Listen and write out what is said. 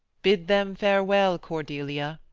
bid them farewell, cordelia,